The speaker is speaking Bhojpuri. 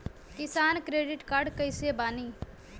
किसान क्रेडिट कार्ड कइसे बानी?